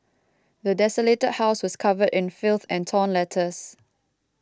the desolated house was covered in filth and torn letters